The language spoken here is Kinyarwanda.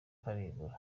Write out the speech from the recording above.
karigura